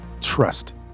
trust